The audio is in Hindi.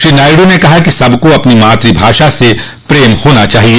श्री नायडू ने कहा कि सबको अपनी मातृभाषा से प्रेम होना चाहिए